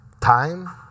time